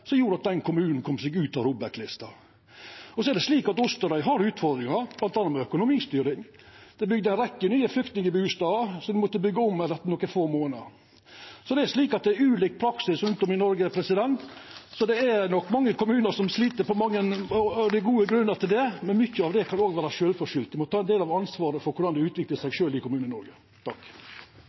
som gjorde at den kommunen kom seg ut av ROBEK-lista. Det er slik at Osterøy har utfordringar, bl.a. med økonomistyring. Det er bygd ei rekkje nye flyktningbustadar som ein måtte byggja om etter nokre få månadar. Det er ulik praksis rundt om i Noreg. Det er nok mange kommunar som slit, og det er gode grunnar til det, men mykje av det kan òg vera sjølvforskyld. Ein må ta ein del av ansvaret for korleis ein utviklar seg, sjølv i